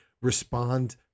respond